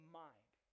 mind